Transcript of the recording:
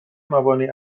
موانع